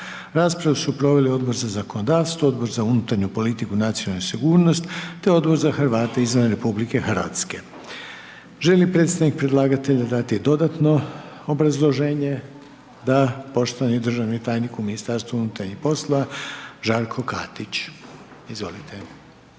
Raspravu su proveli Odbor za zakonodavstvo, Odbor za unutarnju politiku, nacionalnu sigurnost, te Odbor za Hrvate izvan RH. Želi li predstavnik predlagatelja dati dodatno obrazloženje? Da. Poštovani državni tajnik u Ministarstvu unutarnjih poslova, Žarko Katić, izvolite.